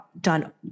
done